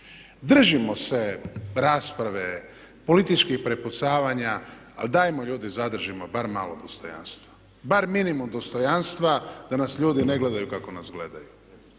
Držimo se rasprave i političkih prepucavanja ali dajmo ljudi zadržimo bar malo dostojanstva. Bar minimum dostojanstva da nas ljudi ne gledaju kako nas gledaju.